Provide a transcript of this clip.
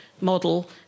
model